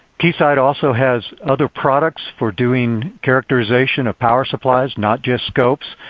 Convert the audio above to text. keysight also has other products for doing characterization of power supplies, not just scopes.